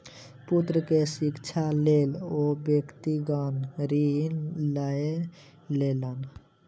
पुत्र के शिक्षाक लेल ओ व्यक्तिगत ऋण लय लेलैन